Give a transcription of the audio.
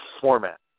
format